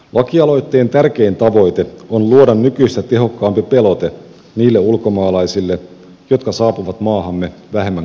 lakialoitteen tärkein tavoite on luoda nykyistä tehokkaampi pelote niille ulkomaalaisille jotka saapuvat maahamme vähemmän kunniallisin aikein